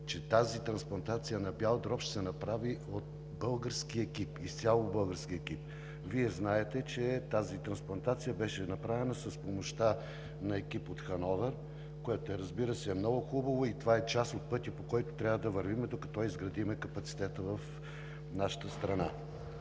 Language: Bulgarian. че тази трансплантация на бял дроб ще се направи от български екип, изцяло български екип. Вие знаете, че тази трансплантация беше направена с помощта на екип от Хановер, което, разбира се, е много хубаво и това е част от пътя, по който трябва да вървим, докато изградим капацитета в нашата страна.